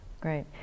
great